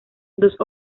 dos